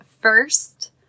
first